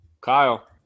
Kyle